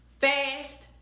fast